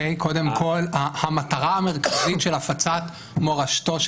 המטרה המרכזית של הפצת מורשתו,